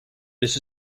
this